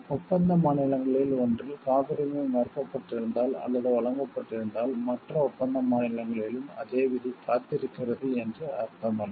ஒப்பந்த மாநிலங்களில் ஒன்றில் காப்புரிமை மறுக்கப்பட்டிருந்தால் அல்லது வழங்கப்பட்டிருந்தால் மற்ற ஒப்பந்த மாநிலங்களிலும் அதே விதி காத்திருக்கிறது என்று அர்த்தமல்ல